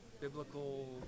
biblical